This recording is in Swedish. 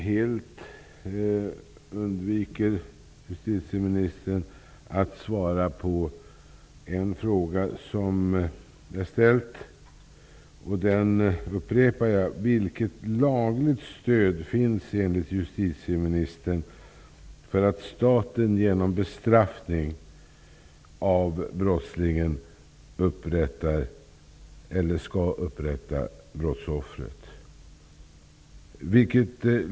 Justitieministern undviker helt att svara på en fråga som jag har ställt, vilken jag nu upprepar: Vilket lagligt stöd finns enligt justitieministern för att staten genom bestraffning av brottslingen upprättar brottsoffret?